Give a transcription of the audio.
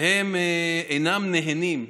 שהם אינם "נהנים",